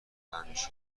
همیشه